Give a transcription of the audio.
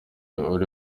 uri